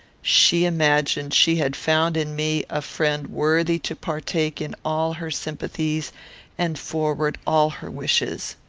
she imagined she had found in me a friend worthy to partake in all her sympathies and forward all her wishes.